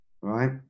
right